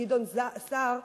גדעון סער,